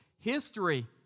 history